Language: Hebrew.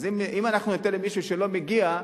אם אנחנו ניתן למישהו שלא מגיע לו,